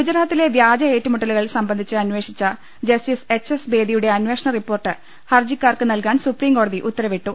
ഗുജറാത്തിലെ വ്യാജ ഏറ്റുമുട്ടലുകൾ സംബന്ധിച്ച് അന്വേഷിച്ച ജസ്റ്റിസ് എച്ച് എസ് ബേദിയുടെ അനേഷണ റിപ്പോർട്ട് ഹരജിക്കാർക്ക് നൽകാൻ സുപ്രീം കോടതി ഉത്തരവിട്ടു